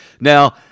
Now